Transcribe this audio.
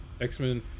X-Men